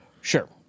Sure